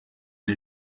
ari